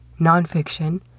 nonfiction